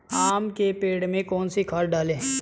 आम के पेड़ में कौन सी खाद डालें?